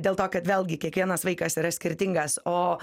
dėl to kad vėlgi kiekvienas vaikas yra skirtingas o